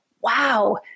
wow